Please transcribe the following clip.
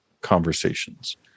conversations